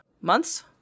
months